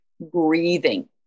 breathing